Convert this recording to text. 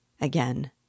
Again